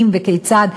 אם וכיצד,